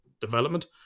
development